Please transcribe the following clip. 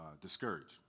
discouraged